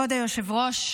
כבוד היושב-ראש,